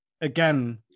again